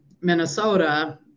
Minnesota